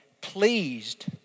pleased